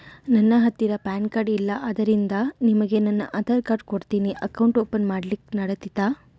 ನನ್ನ ಹತ್ತಿರ PAN card ಇಲ್ಲ ಆದ್ದರಿಂದ ನಿಮಗೆ ನನ್ನ ಆಧಾರ್ ಕಾರ್ಡ್ ಕೊಡ್ತೇನಿ ಅಕೌಂಟ್ ಓಪನ್ ಮಾಡ್ಲಿಕ್ಕೆ ನಡಿತದಾ?